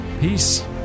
Peace